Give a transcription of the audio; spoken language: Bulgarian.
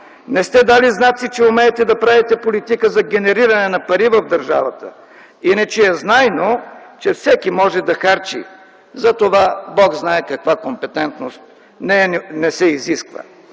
Не сте дали знаци, че умеете да правите политика за генериране на пари в държавата. Иначе е знайно, че всеки може да харчи – за това Бог знае каква компетентност не се изисква.